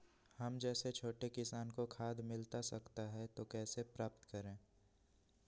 हम जैसे छोटे किसान को खाद मिलता सकता है तो कैसे प्राप्त करें?